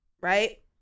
right